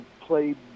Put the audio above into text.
played